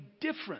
different